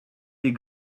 des